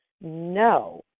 no